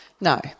No